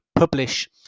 publish